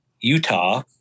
Utah